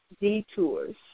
detours